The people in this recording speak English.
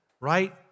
right